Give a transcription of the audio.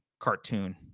Cartoon